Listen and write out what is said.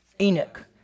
Enoch